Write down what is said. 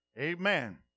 Amen